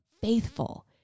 faithful